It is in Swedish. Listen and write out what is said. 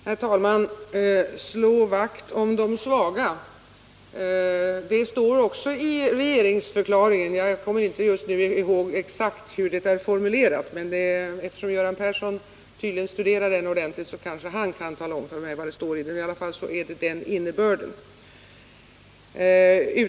Herr talman! Slå vakt om de svaga — det står också i regeringsförklaringen. Jag kommer inte just nu ihåg exakt hur det är formulerat, men eftersom Göran Persson tydligen studerat den ordentligt kanske han kan tala om för mig vad det står. I varje fall är det den innebörden.